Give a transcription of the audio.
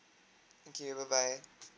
okay bye bye